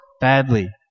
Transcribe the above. badly